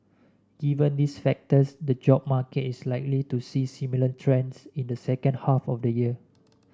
given these factors the job market is likely to see similar trends in the second half of the year